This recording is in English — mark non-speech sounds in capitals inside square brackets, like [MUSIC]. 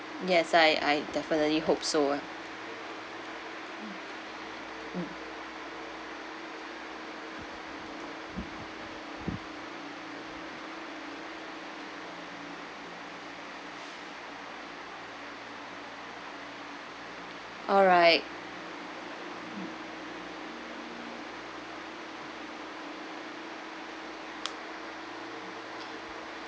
yes I I definitely hope so ah mm [BREATH] alright